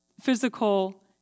physical